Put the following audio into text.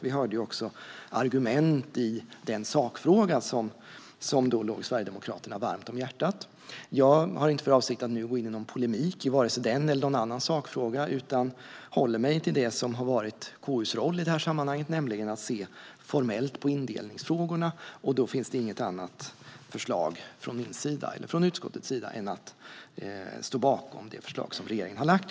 Vi hörde också argument i den sakfråga som låg Sverigedemokraterna varmt om hjärtat. Jag har inte för avsikt att nu gå in i någon polemik i vare sig den eller någon annan sakfråga utan håller mig till det som har varit KU:s roll i sammanhanget, nämligen att se formellt på indelningsfrågorna. Då finns det inget annat förslag från min eller utskottets sida än att stå bakom det förslag som regeringen har lagt fram.